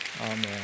Amen